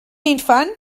infant